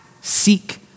seek